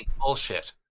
bullshit